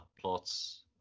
plots